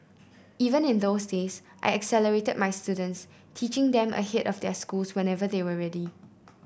even in those days I accelerated my students teaching them ahead of their schools whenever they were ready